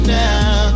now